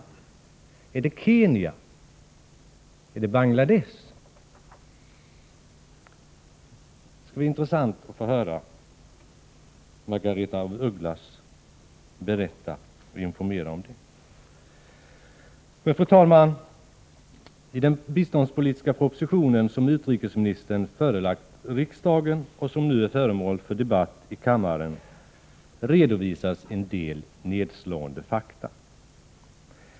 Är det Kenya, är det Bangladesh? Det skulle vara intressant att få höra Margaretha af Ugglas informera om detta. Fru talman! I den biståndspolitiska proposition som utrikesministern förelagt riksdagen och som nu är föremål för debatt i kammaren redovisas en del nedslående fakta.